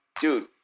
dude